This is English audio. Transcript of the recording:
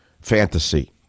fantasy